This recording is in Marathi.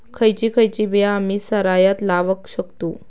खयची खयची बिया आम्ही सरायत लावक शकतु?